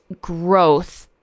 growth